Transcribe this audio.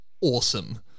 awesome